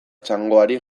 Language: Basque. txangoari